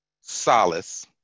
solace